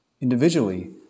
individually